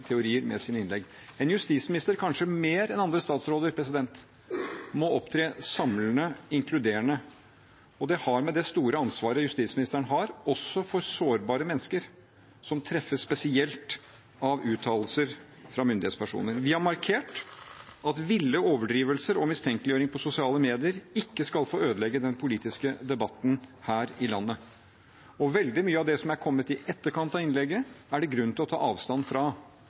konspirasjonsteorier med sine innlegg. En justisminister, kanskje mer enn andre statsråder, må opptre samlende og inkluderende. Det har å gjøre med det store ansvaret justisministeren har også for sårbare mennesker som treffes spesielt av uttalelser fra myndighetspersoner. Vi har markert at ville overdrivelser og mistenkeliggjøring på sosiale medier ikke skal få ødelegge den politiske debatten her i landet. Veldig mye av det som er kommet i etterkant av innlegget, er det grunn til å ta avstand fra,